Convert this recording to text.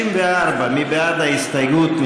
64, מי בעד ההסתייגות?